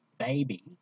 baby